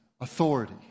authority